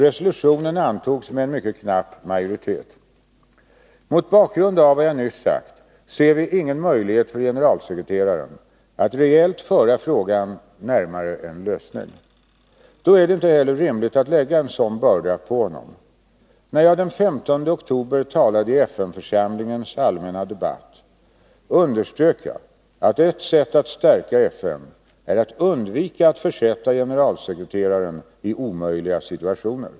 Resolutionen antogs med en mycket knapp majoritet. Mot bakgrund av vad jag nyss sagt ser vi ingen möjlighet för generalsekreteraren att reellt föra frågan närmare en lösning. Då är det inte heller rimligt att lägga en sådan börda på honom. När jag den 15 oktober talade i FN-församlingens allmänna debatt underströk jag att ett sätt att stärka FN är att undvika att försätta generalsekreteraren i omöjliga situationer.